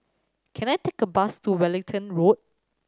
can I take a bus to Wellington Road